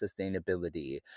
sustainability